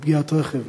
מפגיעת רכב.